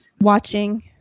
watching